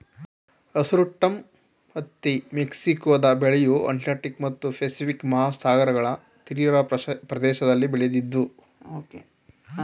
hirsutum ಹತ್ತಿ ಮೆಕ್ಸಿಕೊದ ಬೆಳೆಯು ಅಟ್ಲಾಂಟಿಕ್ ಮತ್ತು ಪೆಸಿಫಿಕ್ ಮಹಾಸಾಗರಗಳ ತೀರಪ್ರದೇಶದಲ್ಲಿ ಬೆಳಿತಿದ್ವು